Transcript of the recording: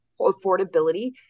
affordability